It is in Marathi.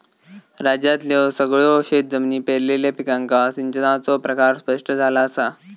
राज्यातल्यो सगळयो शेतजमिनी पेरलेल्या पिकांका सिंचनाचो प्रकार स्पष्ट झाला असा